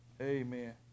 Amen